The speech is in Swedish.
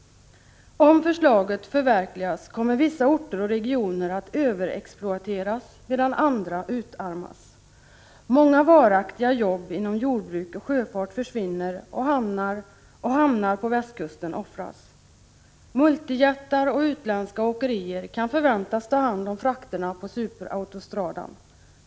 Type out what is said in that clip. Om förslaget förverkligas kommer vissa orter och regioner att överexplo ateras medan andra utarmas. Många varaktiga jobb inom jordbruk och sjöfart försvinner, och hamnar på västkusten offras. Multijättar och utländska åkerier kan förväntas ta hand om frakterna på superautostradan.